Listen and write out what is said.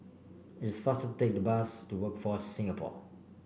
it's faster take the bus to Workforce Singapore